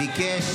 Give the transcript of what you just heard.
ביקש